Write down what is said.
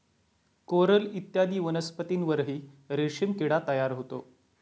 coral इत्यादी वनस्पतींवरही रेशीम किडा तयार होतो